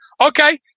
Okay